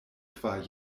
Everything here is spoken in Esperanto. kvar